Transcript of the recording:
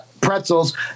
Pretzels